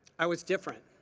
i was different.